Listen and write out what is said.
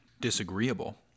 disagreeable